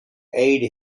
aid